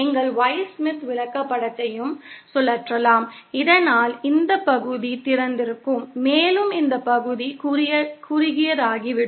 நீங்கள் Y Smith விளக்கப்படத்தையும் சுழற்றலாம் இதனால் இந்த பகுதி திறந்திருக்கும் மேலும் இந்த பகுதி குறுகியதாகிவிடும்